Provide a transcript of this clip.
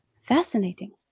Fascinating